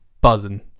buzzing